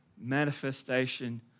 manifestation